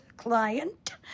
client